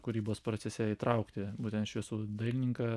kūrybos procese įtraukti būtent šviesų dailininką